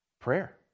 Prayer